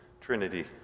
Trinity